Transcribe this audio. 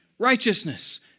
righteousness